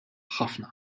ħafna